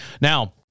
Now